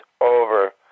over